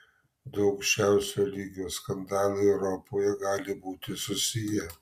du aukščiausio lygio skandalai europoje gali būti susiję